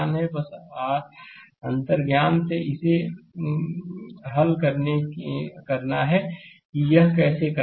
बस आर अंतर्ज्ञान से इसे हल करना है कि यह कैसे करना है